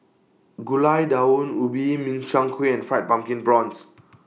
Gulai Daun Ubi Min Chiang Kueh and Fried Pumpkin Prawns